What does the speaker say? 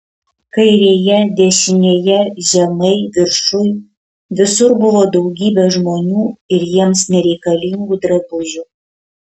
kairėje dešinėje žemai viršuj visur buvo daugybė žmonių ir jiems nereikalingų drabužių